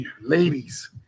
Ladies